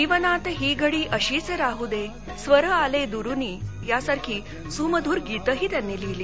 जीवनात ही घडी अशीच राह दे स्वर आले दुरुनी यासारखी सुमधुर गीतही त्यांनी लिहिली